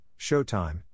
Showtime